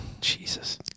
Jesus